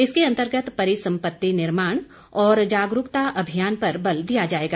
इसके अंतर्गत परिसम्पत्ति निर्माण और जागरूकता अभियान पर बल दिया जाएगा